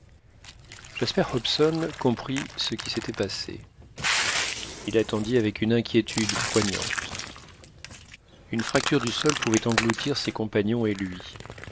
jasper hobson comprit ce qui s'était passé il attendit avec une inquiétude poignante une fracture du sol pouvait engloutir ses compagnons et lui